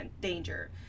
danger